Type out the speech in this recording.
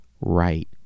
right